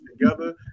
together